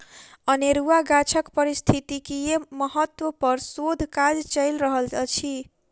अनेरुआ गाछक पारिस्थितिकीय महत्व पर शोध काज चैल रहल अछि